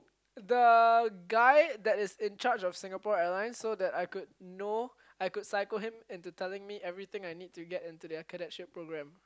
the guy that is in charge of Singapore-Airlines so that I could know I could psycho him into telling me everything I need to get into the accreditation-programme